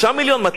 מתי זה ייפסק?